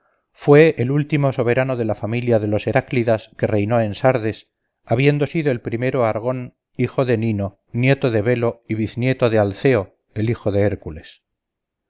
fue el último soberano de la familia de los heráclidas que reinó en sardes habiendo sido el primero argon hijo de nino nieto de belo y biznieto de alceo el hijo de hércules